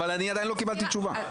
אבל אני עדיין לא קיבלתי תשובה.